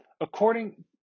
According